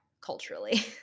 culturally